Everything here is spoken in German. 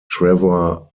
trevor